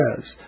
says